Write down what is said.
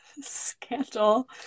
scandal